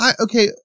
okay